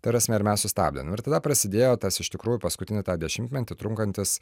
ta prasme ir mes sustabdėm ir tada prasidėjo tas iš tikrųjų paskutinį tą dešimtmetį trunkantis